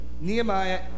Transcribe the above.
Nehemiah